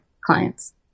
client's